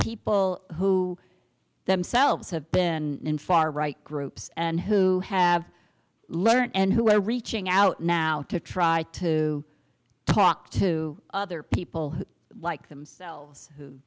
people who themselves have been in far right groups and who have learned and who are reaching out now to try to talk to other people who like themselves